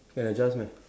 can adjust meh